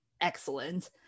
excellent